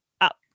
up